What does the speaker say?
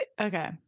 Okay